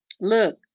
Look